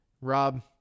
Rob